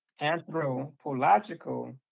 anthropological